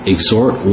Exhort